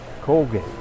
Colgate